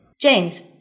James